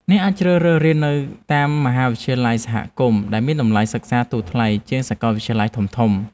អ្នកអាចជ្រើសរើសរៀននៅតាមមហាវិទ្យាល័យសហគមន៍ដែលមានតម្លៃសិក្សាធូរថ្លៃជាងសាកលវិទ្យាល័យធំៗ។